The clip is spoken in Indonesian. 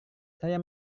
saya